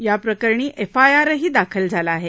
याप्रकरणी एफआयआरही दाखल झाला आहे